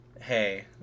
Hey